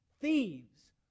thieves